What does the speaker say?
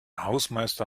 hausmeister